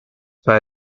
per